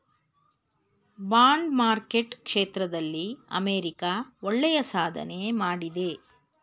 bond market ಕ್ಷೇತ್ರದಲ್ಲಿ America ಒಳ್ಳೆಯ ಸಾಧನೆ ಮಾಡಿದೆ